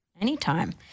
Anytime